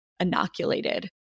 inoculated